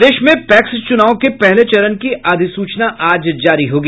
प्रदेश में पैक्स चुनाव के पहले चरण की अधिसूचना आज जारी होगी